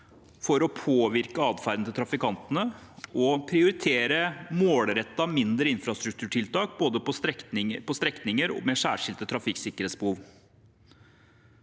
for å påvirke atferden til trafikantene, og vi vil prioritere målrettede mindre infrastrukturtiltak på strekninger med særskilte trafikksikkerhetsbehov.